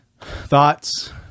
Thoughts